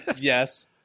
Yes